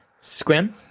Squim